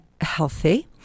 healthy